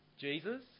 Jesus